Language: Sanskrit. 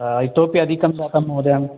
इतोपि अधिकं जातंं महोदय